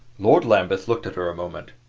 lord lambeth looked at her a moment.